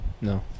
No